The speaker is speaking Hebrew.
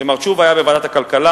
כשמר תשובה היה בוועדת הכלכלה,